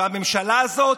והממשלה הזאת,